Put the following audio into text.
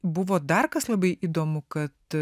buvo dar kas labai įdomu kad